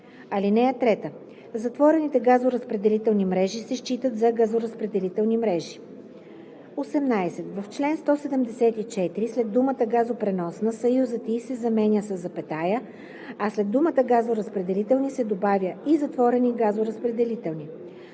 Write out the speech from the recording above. мрежа. (3) Затворените газоразпределителни мрежи се считат за газоразпределителни мрежи.“ 18. В чл. 174 след думата „газопреносна“ съюзът „и“ се заменя със запетая, а след думата „газоразпределителни“ се добавя „и затворени газоразпределителни“.